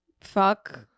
Fuck